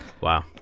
Wow